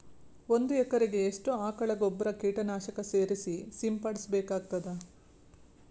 ಒಂದು ಎಕರೆಗೆ ಎಷ್ಟು ಆಕಳ ಗೊಬ್ಬರ ಕೀಟನಾಶಕ ಸೇರಿಸಿ ಸಿಂಪಡಸಬೇಕಾಗತದಾ?